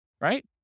right